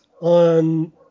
on